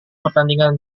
pertandingan